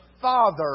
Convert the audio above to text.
Father